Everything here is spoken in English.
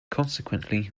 consequently